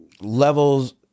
levels